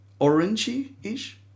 orangey-ish